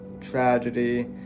tragedy